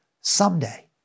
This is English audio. someday